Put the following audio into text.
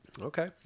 Okay